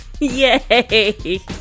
Yay